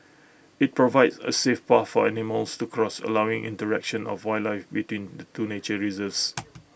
IT provides A safe path for animals to cross allowing interaction of wildlife between the two nature reserves